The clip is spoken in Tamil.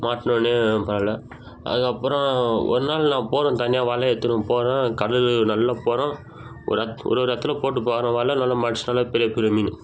மாட்டினவொன்னயே பரவாலை அதுக்கப்புறம் ஒரு நாள் நான் போகிறேன் தனியாக வலை எடுத்துன்னு போகிறேன் கடல் நல்லா போகிறோம் ஒரு எத் ஒரு ஒரு இடத்துலயும் போட்டு பார்க்குறேன் வலை நல்லா மாட்டுச்சு நல்லா பெரிய பெரிய மீன்